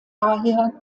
daher